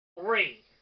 Three